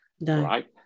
right